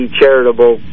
charitable